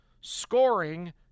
scoring